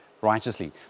righteously